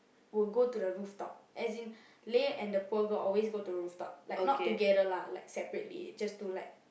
will go to the rooftop as in Lei and the poor girl always go to the rooftop like not together lah like separately just to like